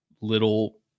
little